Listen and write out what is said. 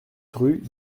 rue